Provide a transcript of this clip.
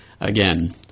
Again